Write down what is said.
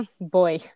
boy